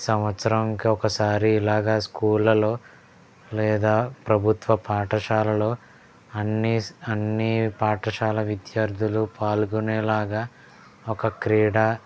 సంవత్సరానికి ఒకసారి ఇలాగా స్కూళ్ళలో లేదా ప్రభుత్వ పాఠశాలలో అన్నీ స అన్నీ పాఠశాల విద్యార్థులు పాల్గొనేలాగా ఒక క్రీడా